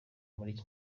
muri